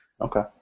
Okay